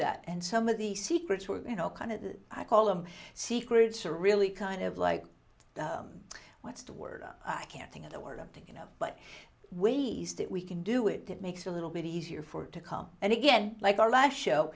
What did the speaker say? that and some of the secrets were you know kind of i call them secrets are really kind of like what's the word i can't think of the word i'm thinking of but ways that we can do it it makes a little bit easier for it to come and again like our last show